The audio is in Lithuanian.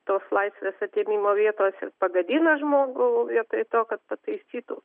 tos laisvės atėmimo vietos ir pagadina žmogų vietoj to kad pataisytų